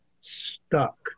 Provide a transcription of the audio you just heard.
stuck